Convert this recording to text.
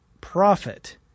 profit